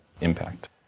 impact